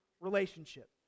relationship